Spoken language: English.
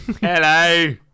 Hello